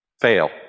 Fail